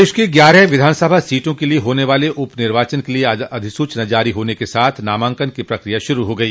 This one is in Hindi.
प्रदेश की ग्यारह विधानसभा सीटों के लिये होने वाले उप निर्वाचन के लिये आज अधिसूचना जारी होने के साथ नामांकन की प्रक्रिया शुरू हो गई